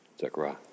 Zechariah